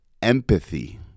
empathy